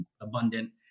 abundant